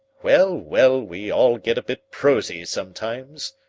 well, well, we all get a bit prosy sometimes,